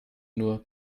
nur